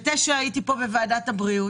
בשעה 09:00 הייתי בוועדת הבריאות.